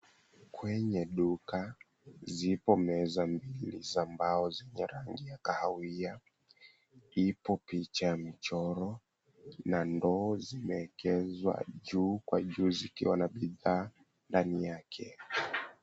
Kwenye duka zipo meza mbili za mbao zenye rangi ya kahawia. Ipo picha ya mchoro na ndoo zimeekezwa juu kwa juu zukiwa na bidhaa ndani yake.